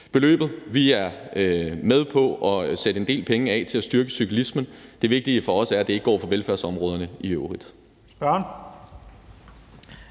beløbet er vi med på at sætte en del penge af til at styrke cyklismen. Det vigtige for os er, at det ikke går fra velfærdsområderne i øvrigt.